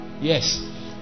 Yes